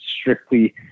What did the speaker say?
strictly